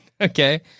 Okay